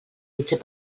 potser